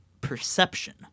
perception